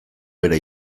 bera